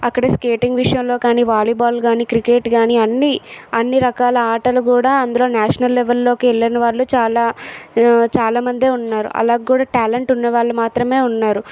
అక్కడ స్కేటింగ్ విషయంలో కానీ వాలీబాల్ కానీ క్రికెట్ కానీ అన్నీ అన్ని రకాల ఆటలు కూడా అందులో నేషనల్ లెవెల్లోకి వెళ్ళిన వాళ్ళు చాలా చాలా మంది ఉన్నారు అలా కూడా టాలెంట్ ఉన్న వాళ్ళు మాత్రమే ఉన్నారు